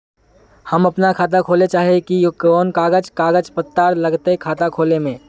हम अपन खाता खोले चाहे ही कोन कागज कागज पत्तार लगते खाता खोले में?